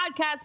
podcast